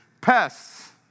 pests